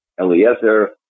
Eliezer